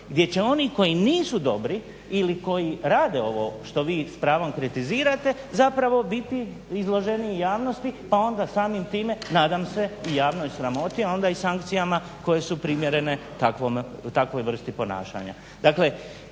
gdje će oni koji nisu dobri ili koji rade ono što vi s pravom kritizirate zapravo biti izloženi javnosti pa onda samim time nadam se i javnoj sramoti a onda i sankcijama koje su primjerene takvoj vrsti ponašanja.